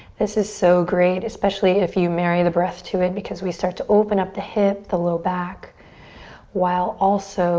this is so great especially if you marry the breath to it because we start to open up the hip, the low back while also